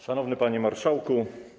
Szanowny Panie Marszałku!